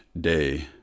day